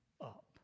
up